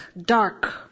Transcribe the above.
dark